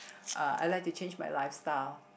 uh I like to change my lifestyle